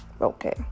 Okay